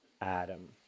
Adam